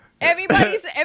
Everybody's